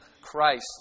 Christ